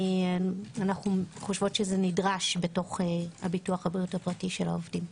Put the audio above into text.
אנו חושבות שזה נדרש בתוך ביטוח הבריאות הפרטי של העובדים.